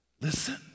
listen